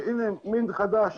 הנה מין חדש,